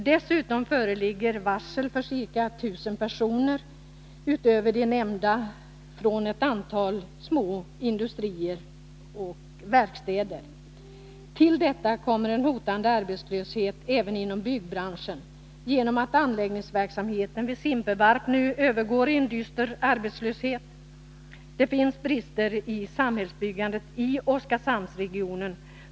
Dessutom föreligger varsel för ca 1000 personer, utöver de nämnda, vid ett antal små industrier och verkstäder. Till detta kommer en hotande arbetslöshet även inom byggbranschen. Anläggningsverksamheten vid Simpevarp övergår nämligen i en dyster arbetslöshet. Det finns brister i fråga om samhällsbyggandet i Oskarshamnsregionen.